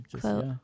quote